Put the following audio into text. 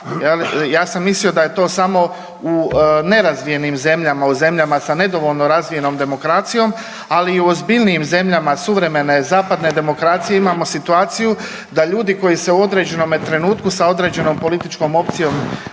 Ja sam mislio da je to samo u nerazvijenim zemljama, u zemljama sa nedovoljno razvijenom demokracijom, ali i u ozbiljnijim zemljama suvremene zapadne demokracije imamo situaciju da ljudi koji se u određenome trenutku sa određenom političkom opcijom